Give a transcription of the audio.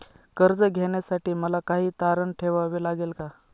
कर्ज घेण्यासाठी मला काही तारण ठेवावे लागेल का?